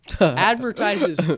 advertises